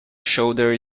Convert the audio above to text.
shoulder